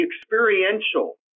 experiential